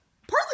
Partly